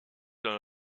dans